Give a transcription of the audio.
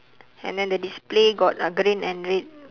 and then the display got uh green and red